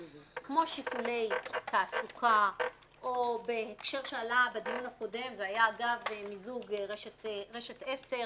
כמו: שיקולי תעסוקה או בהקשר שעלה בדיון הקודם והיה אגב מיזוג רשת/10,